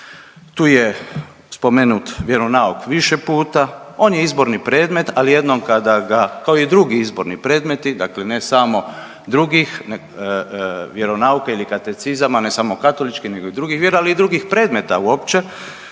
tu je spomenut vjeronauk više puta, on je izborni predmet ali jednom kada ga kao i drugi izborni predmeti, dakle ne samo drugih vjeronauka ili katecizama, ne samo katoličkih nego i drugih vjera, ali i drugih predmeta uopće,